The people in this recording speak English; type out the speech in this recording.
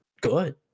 good